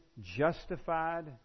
justified